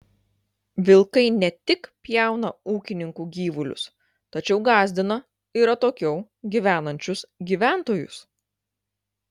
vilkai ne tik pjauna ūkininkų gyvulius tačiau gąsdina ir atokiau gyvenančius gyventojus